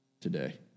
today